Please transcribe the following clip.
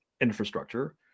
infrastructure